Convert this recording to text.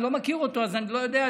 אני לא מכיר אותו אז אני לא יודע,